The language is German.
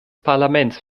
parlament